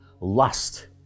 lust